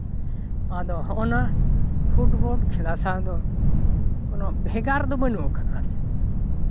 ᱟᱫᱚ ᱦᱚᱸᱼᱚ ᱱᱟ ᱯᱷᱩᱴᱵᱚᱞ ᱠᱷᱮᱞᱟ ᱥᱟᱶ ᱫᱚ ᱠᱚᱱᱚ ᱵᱷᱮᱜᱟᱨ ᱫᱚ ᱵᱟᱹᱱᱩᱜᱼᱟ ᱟᱨ ᱪᱮᱫ